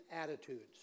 attitudes